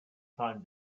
time